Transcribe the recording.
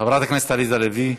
חברת הכנסת עליזה לביא,